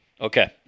Okay